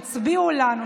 שהצביעו לנו,